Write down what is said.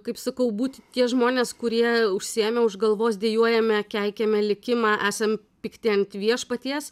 kaip sakau būti tie žmonės kurie užsiėmę už galvos dejuojame keikiame likimą esam pikti ant viešpaties